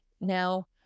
Now